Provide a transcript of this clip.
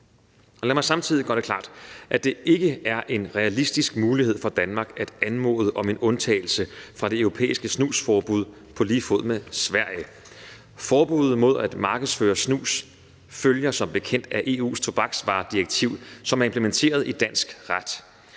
Lad mig samtidig gøre det klart, at det ikke er en realistisk mulighed for Danmark at anmode om en undtagelse fra det europæiske snusforbud på lige fod med Sverige. Forbuddet mod at markedsføre snus følger som bekendt af EU's tobaksvaredirektiv, som er implementeret i dansk ret.